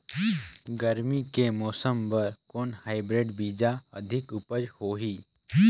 गरमी के मौसम बर कौन हाईब्रिड बीजा अधिक उपज होही?